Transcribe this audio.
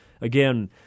again